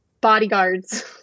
bodyguards